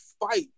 fight